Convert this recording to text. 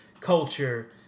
culture